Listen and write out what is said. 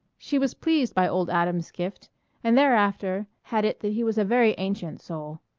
she was pleased by old adam's gift and thereafter had it that he was a very ancient soul,